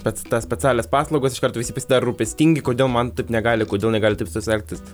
pats tas specialias paslaugas iš karto visi pasidaro rūpestingi kodėl man taip negali kodėl negali taip sesutės elgtis